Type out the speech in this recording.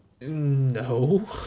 No